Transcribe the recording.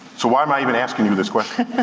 so why am i even asking you this question?